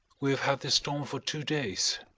we have had this storm for two days.